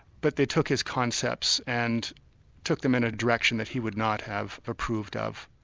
but they took his concepts and took them in a direction that he would not have approved of.